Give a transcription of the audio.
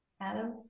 Adam